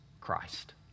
Christ